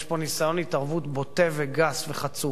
יש פה ניסיון התערבות בוטה וגס וחצוף.